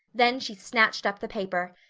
then she snatched up the paper.